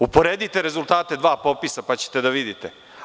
Uporedite rezultate dva popisa pa ćete da vidite.